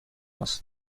است